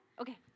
okay